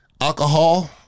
alcohol